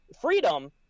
freedom